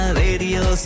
radio